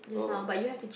oh um